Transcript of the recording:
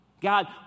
God